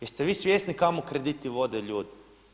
Jeste vi svjesni kamo krediti vode ljude?